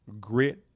grit